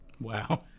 Wow